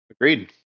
Agreed